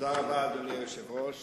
אדוני היושב-ראש,